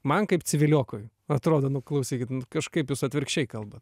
man kaip civiliokui atrodo nu klausykit kažkaip jūs atvirkščiai kalba